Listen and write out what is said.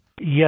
Yes